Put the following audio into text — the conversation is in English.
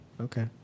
Okay